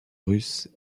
russe